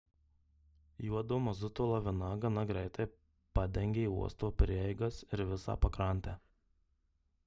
juodo mazuto lavina gana greitai padengė uosto prieigas ir visą pakrantę